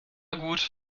gut